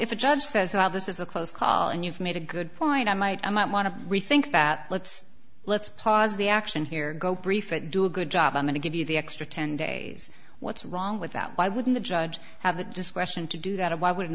if a judge says this is a close call and you've made a good point i might i might want to rethink that let's let's pause the action here go brief it do a good job i'm going to give you the extra ten days what's wrong with that why wouldn't a judge have the discretion to do that why would